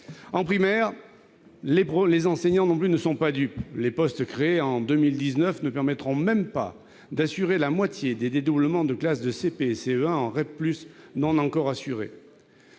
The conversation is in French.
le primaire, les enseignants ne sont pas dupes : les postes créés en 2019 ne permettront même pas d'assurer la moitié des dédoublements de classes de CP et de CE1 non encore mis